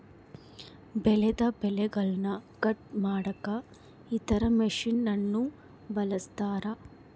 ಬೆಳೆದ ಬೆಳೆಗನ್ನ ಕಟ್ ಮಾಡಕ ಇತರ ಮಷಿನನ್ನು ಬಳಸ್ತಾರ